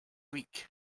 week